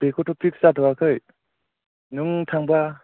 बेखौथ' फिक्स जाथ'वाखै नों थांबा